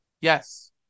Yes